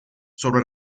sobre